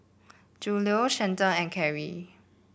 Julio Shelton and Carey